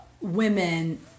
women